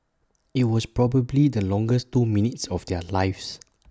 IT was probably the longest two minutes of their lives